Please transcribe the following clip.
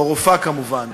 או רופאה כמובן,